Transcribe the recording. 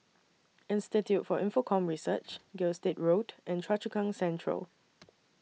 Institute For Infocomm Research Gilstead Road and Choa Chu Kang Central